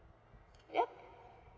yup